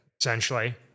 Essentially